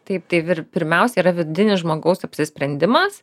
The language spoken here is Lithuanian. taip tai vir pirmiausia yra vidinis žmogaus apsisprendimas